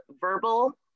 verbal